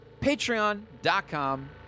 Patreon.com